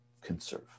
conserve